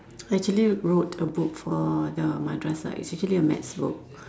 actually wrote a book for the madrasah it's actually a math book